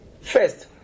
First